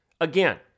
Again